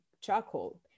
charcoal